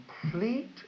complete